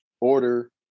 order